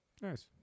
Nice